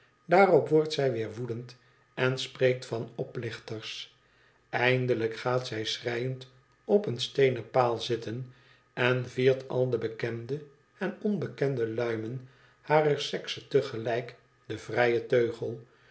daarop wordt zij weer woedend en spreekt van oplichters eindelijk gaat zij schreiend op een steenen paal zitten en viert al de bekende en onbekende luimen harer sekse te gelijk den vrijen teugel